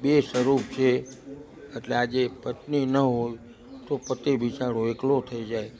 બે સ્વરૂપ છે એટલે આજે પત્ની ન હોય તો પતિ બિચારો એકલો થઈ જાય